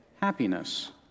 happiness